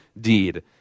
deed